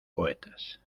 poetas